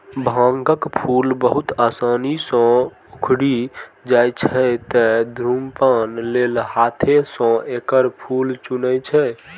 भांगक फूल बहुत आसानी सं उखड़ि जाइ छै, तें धुम्रपान लेल हाथें सं एकर फूल चुनै छै